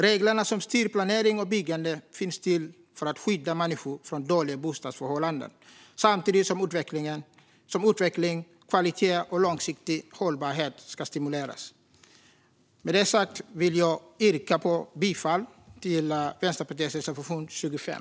Reglerna som styr planering och byggande finns till för att skydda människor från dåliga bostadsförhållanden, samtidigt som utveckling, kvalitet och långsiktig hållbarhet ska stimuleras. Med det sagt vill jag yrka bifall till Vänsterpartiets reservation 25.